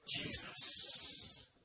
Jesus